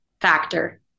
factor